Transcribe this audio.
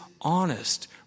honest